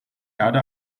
erde